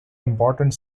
important